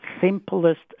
simplest